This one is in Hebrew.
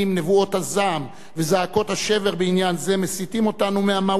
נבואות הזעם וזעקות השבר בעניין זה מסיטים אותנו מהמהות,